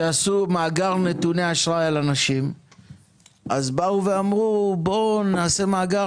כשעשו מאגר נתוני אשראי על אנשים אז באו ואמרו בואו נעשה מאגר